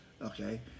Okay